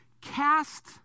Cast